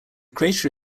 crater